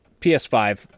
ps5